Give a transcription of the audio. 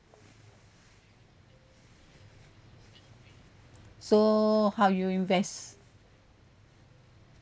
so how you invest